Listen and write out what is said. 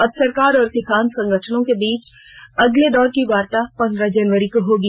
अब सरकार और किसान संगठनों के बीच अगले दौर की वार्ता पन्द्रह जनवरी को होगी